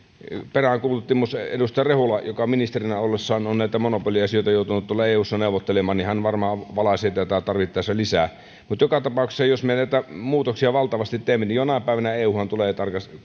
peräänkuulutti muun muassa edustaja rehula joka ministerinä ollessaan on näitä monopoliasioita joutunut tuolla eussa neuvottelemaan varmaan valaisee tätä tarvittaessa lisää mutta joka tapauksessa jos me näitä muutoksia valtavasti teemme niin jonain päivänä euhan tulee